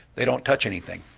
they don't touch anything?